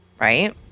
right